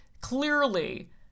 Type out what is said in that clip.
clearly